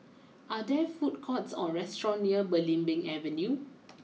are there food court or restaurant near Belimbing Avenue